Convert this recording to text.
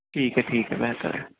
ٹھیک ہے ٹھیک ہے بہتر ہے